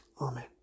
Amen